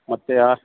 ಮತ್ತು ಆ